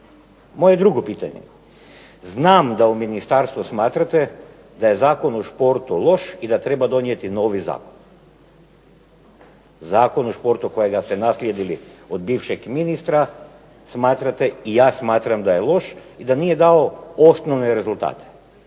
Moje drugo pitanje, znam da u ministarstvu smatrate da je Zakon o športu loš i da treba donijeti novi zakon, Zakon o športu kojega ste naslijedili od bivšeg ministra smatrate i ja smatram da je loš i da nije dao osnovne rezultate.